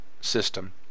system